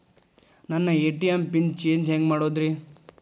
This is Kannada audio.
ನನ್ನ ಎ.ಟಿ.ಎಂ ಪಿನ್ ಚೇಂಜ್ ಹೆಂಗ್ ಮಾಡೋದ್ರಿ?